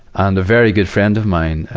and a very good friend of mine,